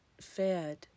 fed